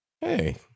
Hey